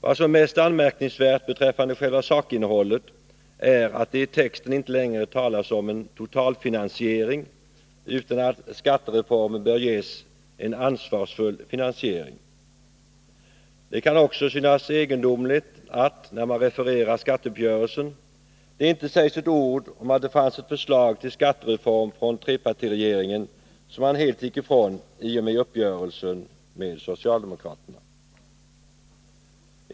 Vad som är mest anmärkningsvärt beträffande själva sakinnehållet är att det i texten inte längre talas om en totalfinansiering utan om att skattereformen bör ges ”en ansvarsfull finansiering”. Det kan också synas egendomligt att det, när skatteuppgörelsen refereras, inte sägs ett ord om att det fanns ett förslag till skattereform från trepartiregeringen som man helt gick ifrån i och med uppgörelsen med socialdemokraterna.